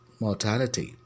mortality